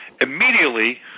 immediately